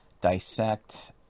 dissect